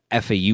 FAU